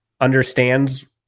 understands